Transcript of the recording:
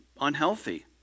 unhealthy